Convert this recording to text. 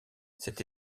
cette